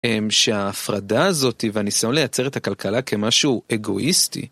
שההפרדה הזאת והניסיון לייצר את הכלכלה כמשהו אגואיסטי?